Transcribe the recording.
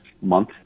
month